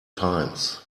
times